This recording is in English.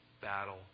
battle